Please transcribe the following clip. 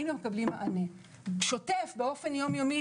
היינו מקבלים מענה שוטף באופן יום-יומי,